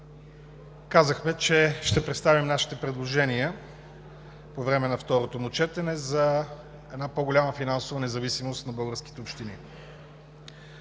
казахме, че ще представим нашите предложения по време на второто му четене за една по-голяма финансова независимост на българските общини.